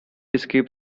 escape